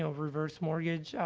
so reverse mortgage, ah,